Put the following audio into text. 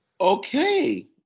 Okay